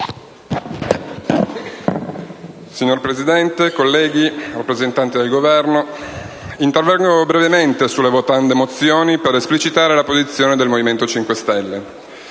Signor Presidente, colleghi, signor rappresentante del Governo, intervengo brevemente sulle votande mozioni per esplicitare la posizione del Movimento 5 Stelle.